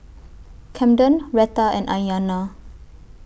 Kamden Retta and Aiyana